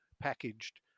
packaged